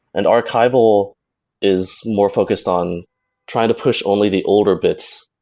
and archival is more focused on trying to push only the older bits,